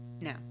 No